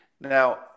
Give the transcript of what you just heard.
Now